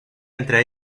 entre